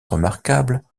remarquables